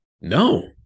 No